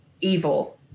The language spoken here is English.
evil